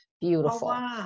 beautiful